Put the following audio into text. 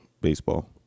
baseball